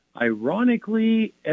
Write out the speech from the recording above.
ironically